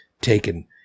taken